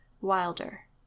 wilder